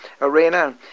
arena